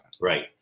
Right